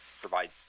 provide